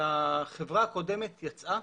החברה הקודמת יצאה,